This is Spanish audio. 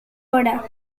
hora